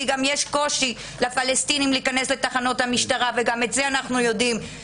כי גם יש קושי לפלסטינים להיכנס לתחנות המשטרה וגם את זה אנחנו יודעים,